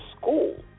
school